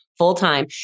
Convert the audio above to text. Full-time